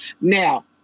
Now